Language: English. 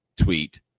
tweet